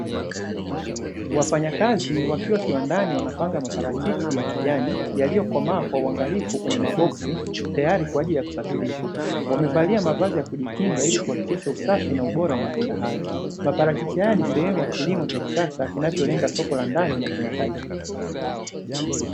Wafanyakazi wakiwa kiwandani wanapanga maparachichi ya kijani, yaliyokomaa kwa uangalifu kwenye maboksi tayari kwa ajili ya kusafirishwa. Wamevalia mavazi ya kujikinga kwa ajili ya kuhakikisha ubora na usafi wa matunda hayo, maparachichi haya ni sehemu ya kilimo cha kisasa, kinacholenga soko la ndani na kimataifa.